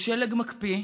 בשלג מקפיא,